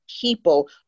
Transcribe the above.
people